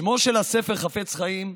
שמו של הספר, "חפץ חיים",